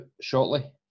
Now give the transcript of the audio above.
shortly